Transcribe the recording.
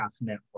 network